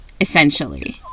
essentially